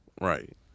Right